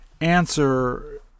answer